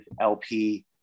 LP